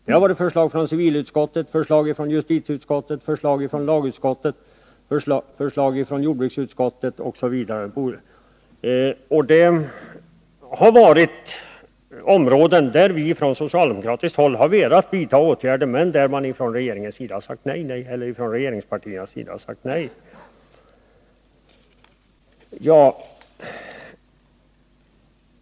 Det gäller förslag från civilutskottet, justitieutskottet, lagutskottet, jordbruksutskottet osv. till åtgärder som vi från socialdemokratiskt håll har velat vidta på olika områden men som regeringspartierna sagt nej och åter nej till.